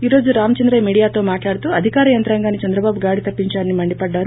ఈ రోజు రామచంద్రయ్య మీడియాతో మాట్లాడుతూ అధికార యంత్రాంగాన్ని చంద్రబాబు గాడి తప్పించారని మండి పడ్డారు